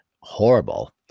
horrible